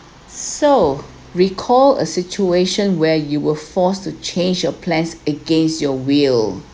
so recall a situation where you were forced to change your plans against your will